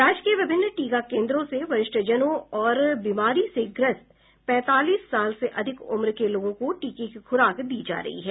राज्य के विभिन्न टीका केन्द्रों से वरिष्ठजनों और बीमारी से ग्रस्त पैंतालीस साल से अधिक उम्र के लोगों को टीके की खुराक दी जा रही है